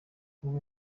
amwe